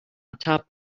top